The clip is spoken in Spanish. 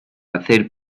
hacer